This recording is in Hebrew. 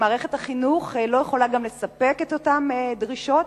ומערכת החינוך לא יכולה לספק גם את אותן דרישות.